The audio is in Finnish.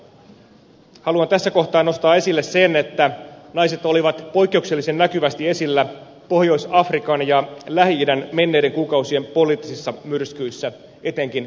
haluan tässä kohtaa nostaa esille sen että naiset olivat poikkeuksellisen näkyvästi esillä pohjois afrikan ja lähi idän menneiden kuukausien poliittisissa myrskyissä etenkin egyptissä